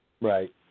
Right